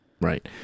Right